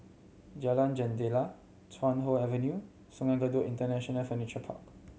Jalan Jendela Chuan Hoe Avenue Sungei Kadut International Furniture Park